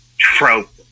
Trope